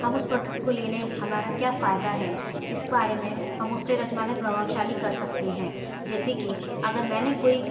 हम उस प्रोडक्ट को लेने हमारा क्या फायदा है इस बारे में हम उससे रस्मन्य प्रभावशाली कर सकते हैं जैसे कि अगर मैंने कोई